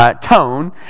tone